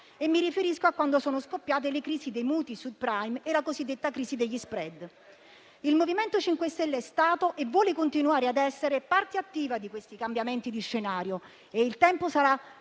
mi riferisco a quando sono scoppiate le crisi dei mutui *subprime* e la cosiddetta crisi degli *spread*. Il MoVimento 5 Stelle è stato e vuole continuare ad essere parte attiva di questi cambiamenti di scenario e il tempo sarà